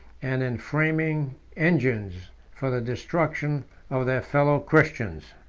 and in framing engines for the destruction of their fellow-christians.